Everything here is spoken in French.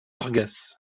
vargas